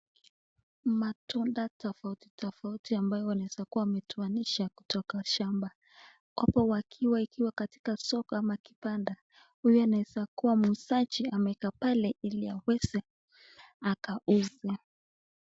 Matunda tofauti tofauti ambayo wanaweza kuwa wametoanisha kutoka shamba, hapo wakiwa katika soko ama kibanda. Huyu anaweza kuwa muuzaji amekaa pale ili aweze akauza.